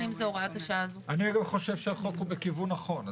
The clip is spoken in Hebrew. אני חושב שהחוק הוא בכיוון נכון,